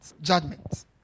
Judgment